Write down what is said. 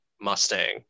Mustang